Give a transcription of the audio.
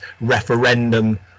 referendum